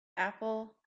apple